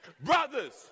Brothers